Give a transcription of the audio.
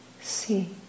see